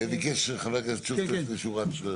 ביקש חבר הכנסת שוסטר שורה.